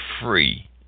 free